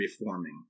reforming